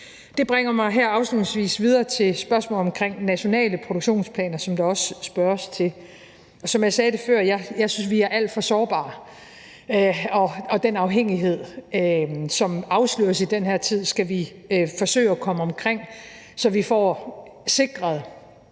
Det bringer mig her afslutningsvis videre til spørgsmålet omkring nationale produktionsplaner, som der også spørges til. Som jeg sagde det før, så synes jeg, at vi er alt for sårbare, og den afhængighed, som afsløres i den her tid, skal vi forsøge at komme omkring, så vi får sikret